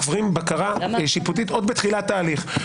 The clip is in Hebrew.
עוברים בקרה שיפוטית עוד בתחילת ההליך.